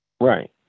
Right